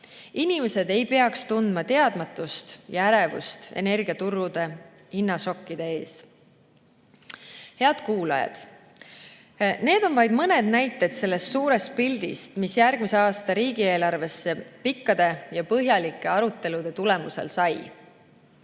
Inimesed ei peaks tundma ärevust energiaturgude hinnašokkide ees. Head kuulajad! Need on vaid mõned näited sellest suurest pildist, mis järgmise aasta riigieelarvesse pikkade ja põhjalike arutelude tulemusel sai.